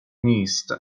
نیست